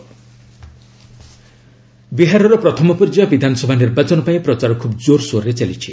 Bihar election ବିହାରର ପ୍ରଥମ ପର୍ଯ୍ୟାୟ ବିଧାନସଭା ନିର୍ବାଚନ ପାଇଁ ପ୍ରଚାର ଖୁବ୍ ଜୋରସୋରରେ ଚାଲିଛି